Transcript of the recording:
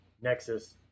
Nexus